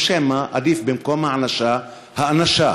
או שמא עדיף במקום הענשה האנשה,